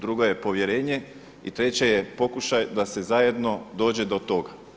Druga je povjerenje i treća je pokušaj da se zajedno dođe do tog.